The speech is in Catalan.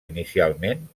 inicialment